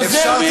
חוזר בי.